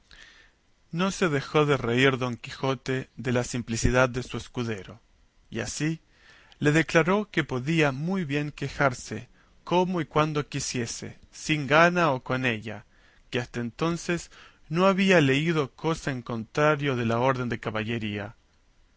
no se dejó de reír don quijote de la simplicidad de su escudero y así le declaró que podía muy bien quejarse como y cuando quisiese sin gana o con ella que hasta entonces no había leído cosa en contrario en la orden de caballería